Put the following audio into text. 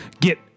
get